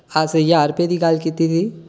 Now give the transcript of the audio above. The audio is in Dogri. असें ज्हार रपे दी गल्ल कीती दी